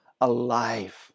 alive